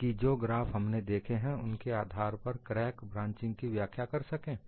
कि जो ग्राफ हमने देखे हैं उनके आधार पर क्रैक ब्रांचिंग की व्याख्या कर सकें